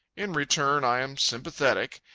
in return, i am sympathetic.